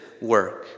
work